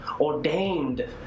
ordained